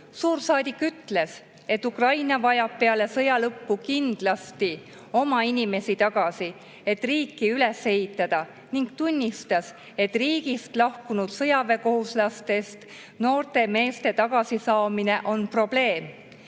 Suursaadik ütles, et Ukraina vajab peale sõja lõppu kindlasti oma inimesi tagasi, et riiki üles ehitada, ning tunnistas, et riigist lahkunud sõjaväekohuslastest noorte meeste tagasisaamine on probleem.